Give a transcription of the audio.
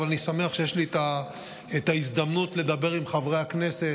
אבל אני שמח שיש לי את ההזדמנות לדבר עם חברי הכנסת.